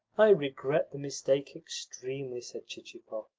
i regret the mistake extremely, said chichikov.